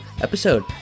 episode